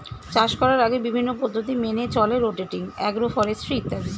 চাষ করার আগে বিভিন্ন পদ্ধতি মেনে চলে রোটেটিং, অ্যাগ্রো ফরেস্ট্রি ইত্যাদি